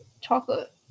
chocolate